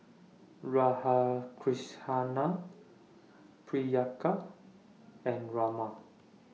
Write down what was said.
Priyanka and Raman